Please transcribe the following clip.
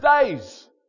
days